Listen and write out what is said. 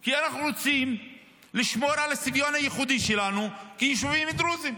כי אנחנו רוצים לשמור על הצביון הייחודי שלנו כיישובים דרוזיים,